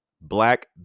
Black